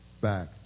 back